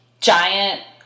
giant